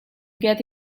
get